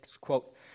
quote